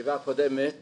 בישיבה הקודמת